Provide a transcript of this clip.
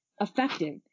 effective